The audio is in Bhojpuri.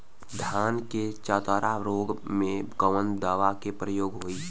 धान के चतरा रोग में कवन दवा के प्रयोग होई?